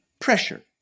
pressure